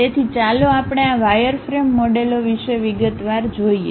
તેથી ચાલો આપણે આ વાયરફ્રેમ મોડેલો વિશે વિગતવાર જોઈએ